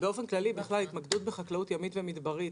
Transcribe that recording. באופן כללי, התמקדות בחקלאות ימית ומדברית,